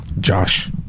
Josh